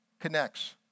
connects